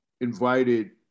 invited